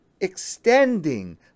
Extending